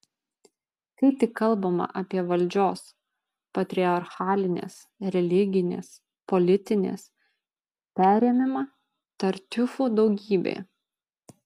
kai tik kalbama apie valdžios patriarchalinės religinės politinės perėmimą tartiufų daugybė